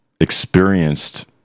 experienced